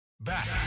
Back